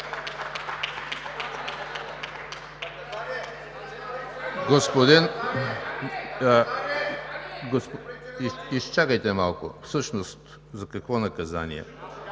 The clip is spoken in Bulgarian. Изчакайте малко. Всъщност за какво наказание?